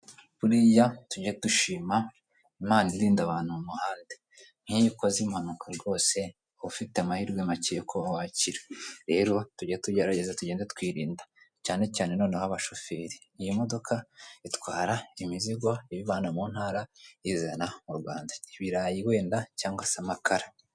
Buriya tujye dushima imana irinda abantu mu muhanda nk'iyikoze impanuka rwose uba ufite amahirwe make kuhakira rero tujya tugerageza tugen twirinda cyane cyane noneho abashoferi iyi modoka itwara imizigo ibavana mu ntara zo mu Rwanda, ibirayi wenda cyangwa se amakara.